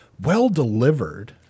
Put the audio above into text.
well-delivered